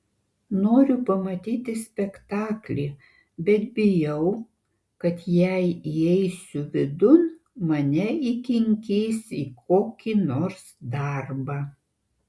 noriu pamatyti spektaklį bet bijau kad jei įeisiu vidun mane įkinkys į kokį nors darbą